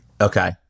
Okay